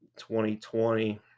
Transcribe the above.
2020